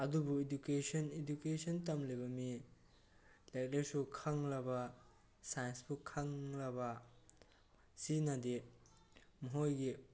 ꯑꯗꯨꯕꯨ education education ꯇꯝꯂꯤꯕ ꯃꯤ ꯂꯥꯏꯔꯤꯛ ꯂꯥꯏꯁꯨ ꯈꯪꯂꯕ ꯁꯥꯏꯟꯁꯄꯨ ꯈꯪꯂꯕ ꯁꯤꯅꯗꯤ ꯃꯈꯣꯏꯒꯤ